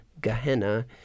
Gehenna